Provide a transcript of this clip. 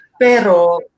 Pero